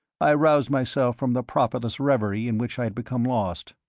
i aroused myself from the profitless reverie in which i had become lost.